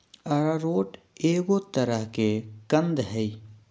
arrowroot एगो तरह के कंद हइ